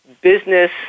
business